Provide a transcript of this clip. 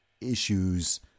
issues